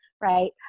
right